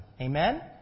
Amen